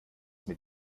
mit